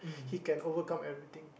he can overcome everything